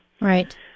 Right